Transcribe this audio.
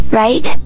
right